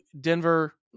Denver